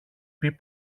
πει